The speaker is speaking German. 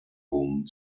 rom